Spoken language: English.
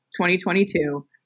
2022